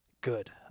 good